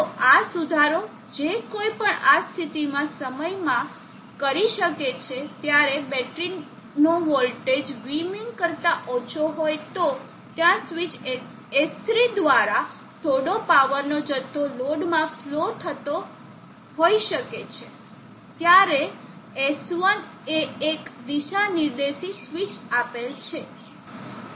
તો આ સુધારો જે કોઈ પણ આ સ્થિતિના સમયમાં કરી શકે છે જ્યારે બેટરીનો વોલ્ટેજ Vmin કરતા ઓછો હોય તો ત્યાં સ્વીચ S3 દ્વારા થોડો પાવરનો જથ્થો લોડમાં ફ્લો થતો શકે છે જયારે S1 એ એક દિશાનિર્દેશી સ્વિચ આપેલ છે